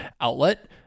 outlet